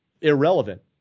irrelevant